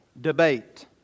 debate